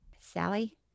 Sally